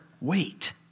wait